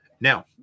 Now